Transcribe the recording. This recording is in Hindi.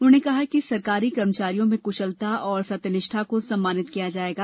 उन्होंने कहा कि सरकारी कर्मचारियों में क्शलता और सत्यनिष्ठा को सम्मानित किया जाएगा